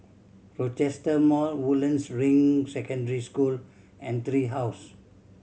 Rochester Mall Woodlands Ring Secondary School and Tree House